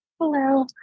hello